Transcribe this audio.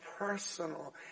personal